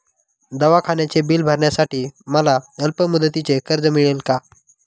दवाखान्याचे बिल भरण्यासाठी मला अल्पमुदतीचे कर्ज मिळेल का?